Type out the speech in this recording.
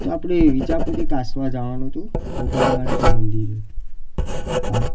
હા તો આપણે વિજાપુરથી કાસ્વા જવાનું હતું ગોગા મહારાજનાં મંદિરે હા